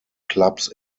clubs